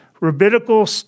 rabbinical